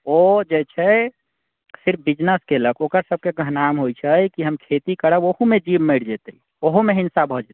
ओ जे छै सिर्फ बिजनेस केलक ओकर सभकेँ कहनाम होइत छै कि हम खेती करब ओहूमे जीव मरि जेतै ओहूमे हिंसा भए जेतै